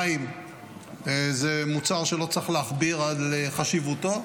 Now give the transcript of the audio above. מים זה מוצר שלא צריך להכביר בחשיבותו,